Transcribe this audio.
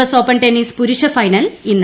S open tennis പുരുഷ final ഇന്ന്